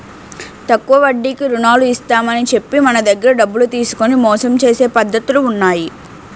తక్కువ వడ్డీకి రుణాలు ఇస్తామని చెప్పి మన దగ్గర డబ్బులు తీసుకొని మోసం చేసే పద్ధతులు ఉన్నాయి